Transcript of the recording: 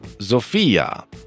Sophia